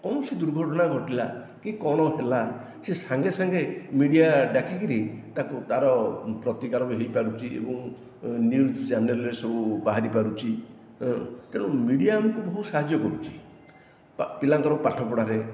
କୌଣସି ଦୁର୍ଘଟଣା ଘଟିଲା କି କଣ ହେଲା ସିଏ ସାଙ୍ଗେ ସାଙ୍ଗେ ମିଡ଼ିଆ ଡାକି କିରି ତାକୁ ତାର ପ୍ରତିକାର ବି ହୋଇ ପାରୁଛି ଏବଂ ନିୟୁଜ ଚ୍ୟାନେଲରେ ସବୁ ବାହାରି ପାରୁଛି ହଁ ତେଣୁ ମିଡ଼ିଆ ଆମକୁ ବହୁତ ସାହାଯ୍ୟ କରୁଛି ପାପିଲାଙ୍କ ପାଠ ପଢ଼ାରେ